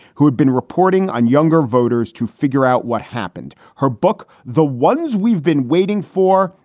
who had been reporting on younger voters to figure out what happened. her book, the ones we've been waiting for,